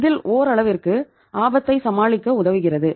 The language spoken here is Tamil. இதில் ஓரளவிற்கு ஆபத்தை சமாளிக்க உதவுகிறது